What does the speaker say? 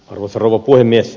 arvoisa rouva puhemies